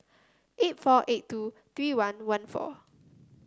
eight four eight two three one one four